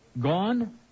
Gone